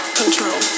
control